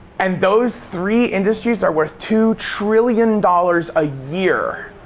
and those three industries are worth two trillion dollars a year